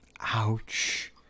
Ouch